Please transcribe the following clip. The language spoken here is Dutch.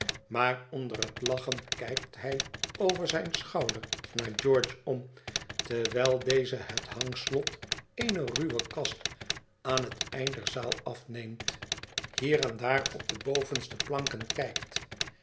maar onder het lachen kijkt hij over zijn schouder naar george om terwijl deze het hangslot eener ruwe kast aan het eind der zaal afneemt hier en daar op de bovenste planken kijkt